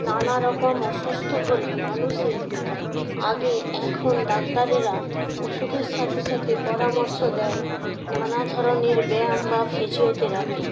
নানারকম অসুস্থ হলে মানুষের আগে এখন ডাক্তারেরা ওষুধের সাথে সাথে পরামর্শ দেয় নানা ধরনের ব্যায়াম বা ফিজিওথেরাপির